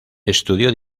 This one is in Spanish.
estudió